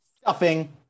Stuffing